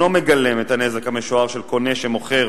מגלם את הנזק המשוער של קונה שמוכר